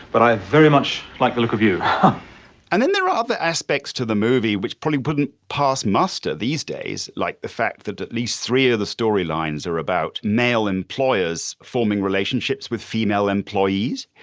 but i very much like the look of you and then there are other aspects to the movie which probably wouldn't pass muster these days, like the fact that at least three of the storylines are about male employers forming relationships with female employees.